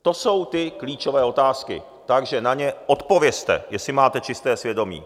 To jsou ty klíčové otázky, takže na ně odpovězte, jestli máte čisté svědomí!